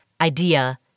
idea